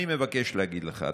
אני מבקש להגיד לך,